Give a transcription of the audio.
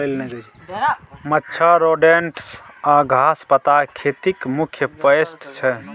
मच्छर, रोडेन्ट्स आ घास पात खेतीक मुख्य पेस्ट छै